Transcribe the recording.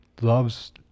loves